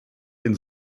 den